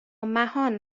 مهان